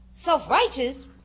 Self-righteous